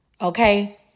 Okay